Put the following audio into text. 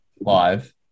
live